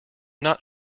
not